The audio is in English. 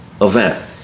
event